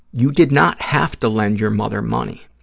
you did not have to lend your mother money.